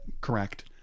correct